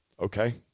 Okay